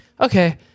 okay